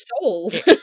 sold